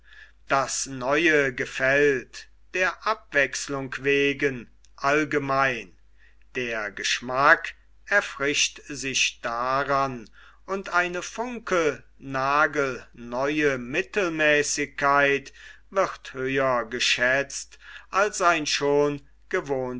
das neue gefällt der abwechselung wegen allgemein der geschmack erfrischt sich daran und eine funkelnagelneue mittelmäßigkeit wird höher geschätzt als ein schon